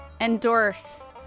endorse